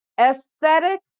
aesthetic